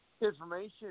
information